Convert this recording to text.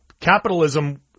capitalism